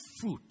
fruit